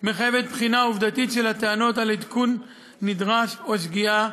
מחייבת בחינה עובדתית של הטענות על העדכון הנדרש או השגיאה.